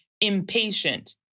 impatient